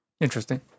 Interesting